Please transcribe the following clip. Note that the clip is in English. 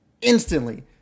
instantly